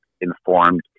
informed